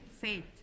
faith